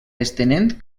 estenent